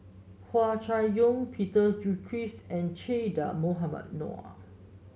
Hua Chai Yong Peter Gilchrist and Che Dah Mohamed Noor